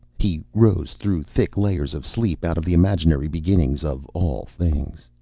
he rose through thick layers of sleep, out of the imaginary beginnings of all things.